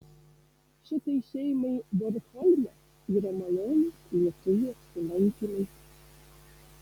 šitai šeimai bornholme yra malonūs lietuvių apsilankymai